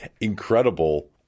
incredible